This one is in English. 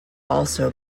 also